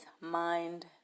Mind